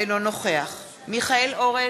אינו נוכח מיכאל אורן,